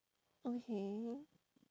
okay